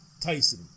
tyson